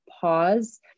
pause